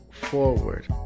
forward